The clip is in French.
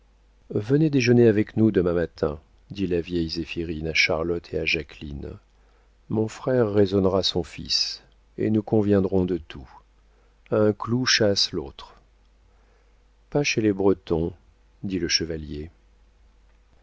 venez déjeuner avec nous demain matin dit la vieille zéphirine à charlotte et à jacqueline mon frère raisonnera son fils et nous conviendrons de tout un clou chasse l'autre pas chez les bretons dit le chevalier